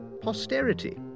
Posterity